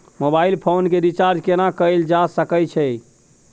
Mobile phone के recharge केना कैल जा सकै छै?